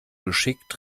geschickt